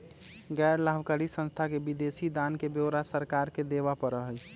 गैर लाभकारी संस्था के विदेशी दान के ब्यौरा सरकार के देवा पड़ा हई